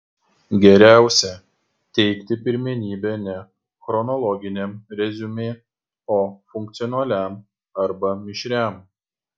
geriausia teikti pirmenybę ne chronologiniam reziumė o funkcionaliam arba mišriam